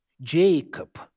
Jacob